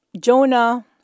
Jonah